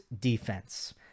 defense